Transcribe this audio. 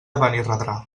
benirredrà